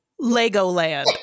Legoland